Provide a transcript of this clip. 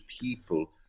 people